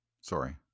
Sorry